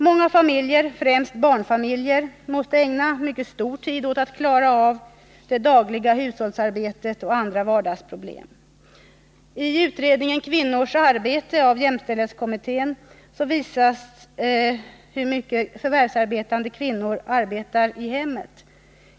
Många familjer, främst barnfamiljer, måste ägna mycket tid åt att klara av det dagliga hushållsarbetet och andra vardagsproblem. I utredningen Kvinnors arbete av jämställdhetskommittén visas hur mycket förvärvsarbetande kvinnor arbetar i hemmet.